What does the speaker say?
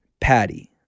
Patty